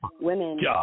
women